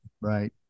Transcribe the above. right